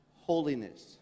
holiness